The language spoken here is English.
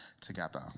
together